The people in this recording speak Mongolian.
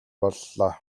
боллоо